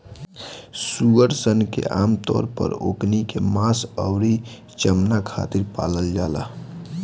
सूअर सन के आमतौर पर ओकनी के मांस अउरी चमणा खातिर पालल जाला